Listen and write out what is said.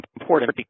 important